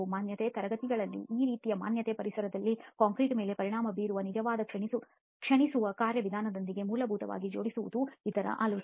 ಮಾನ್ಯತೆ ತರಗತಿಗಳನ್ನು ಆ ರೀತಿಯ ಮಾನ್ಯತೆ ಪರಿಸರದಲ್ಲಿ ಕಾಂಕ್ರೀಟ್ ಮೇಲೆ ಪರಿಣಾಮ ಬೀರುವ ನಿಜವಾದ ಕ್ಷೀಣಿಸುವ ಕಾರ್ಯವಿಧಾನಗಳೊಂದಿಗೆ ಮೂಲಭೂತವಾಗಿ ಜೋಡಿಸುವುದು ಇದರ ಆಲೋಚನೆ